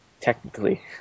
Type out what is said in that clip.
Technically